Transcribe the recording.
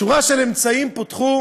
שורה של אמצעים פותחו